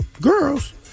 girls